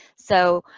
so,